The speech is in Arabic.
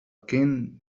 كِن